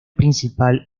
principal